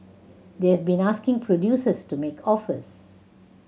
they've been asking producers to make offers